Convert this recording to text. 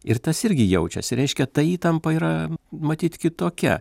ir tas irgi jaučiasi reiškia ta įtampa yra matyt kitokia